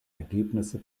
ergebnisse